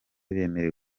bemerewe